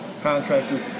contractor